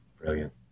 brilliant